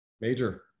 Major